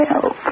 help